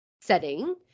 setting